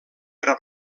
per